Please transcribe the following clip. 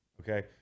okay